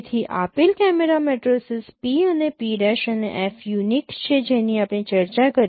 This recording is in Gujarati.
તેથી આપેલ કેમેરા મેટ્રિસીસ P અને P' અને F યુનિક છે જેની આપણે ચર્ચા કરી